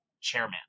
Chairman